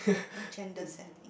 agenda setting